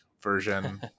version